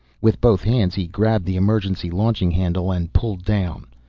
with both hands he grabbed the emergency launching handle and pulled down.